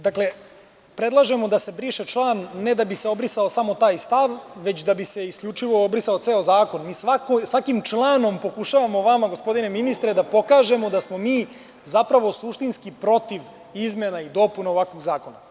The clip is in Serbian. Dakle, predlažemo da se briše član, ne da bi se obrisao samo taj stav, već da bi se isključivo obrisao ceo zakon. svakim članom pokušavamo vama, gospodine ministre, da pokažemo da smo mi suštinski protiv izmena i dopuna ovakvog zakona.